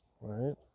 Right